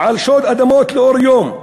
על שוד אדמות לאור יום,